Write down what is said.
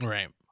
Right